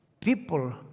People